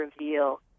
reveal